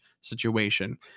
situation